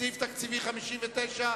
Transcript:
נתקבל.